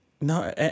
no